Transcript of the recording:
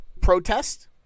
protest